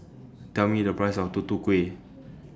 Tell Me The Price of Tutu Kueh